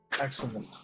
excellent